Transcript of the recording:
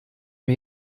mir